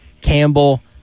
Campbell